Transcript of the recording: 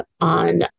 on